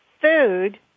food